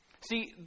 See